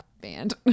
band